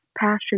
passion